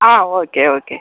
ah okay okay